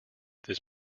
this